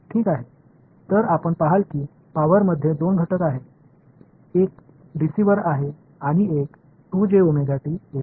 எனவே சக்தி 2 கூறுகளைக் கொண்டிருப்பதை இருப்பதாக தெரிகிறது ஒன்று dcயில் உள்ளது ஒன்று இல் உள்ளது